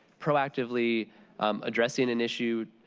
proactively addressing an issue,